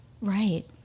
Right